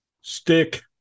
stick